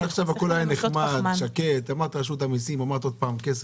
אמרת עוד פעם כסף.